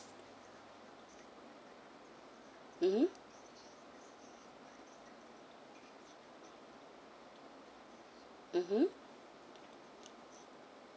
mmhmm mmhmm